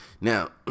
Now